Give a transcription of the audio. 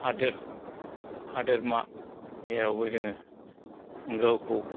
हादर हादरमा जेरावबो जोङो गावखौ